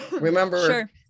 remember